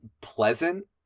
pleasant